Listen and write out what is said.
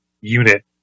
unit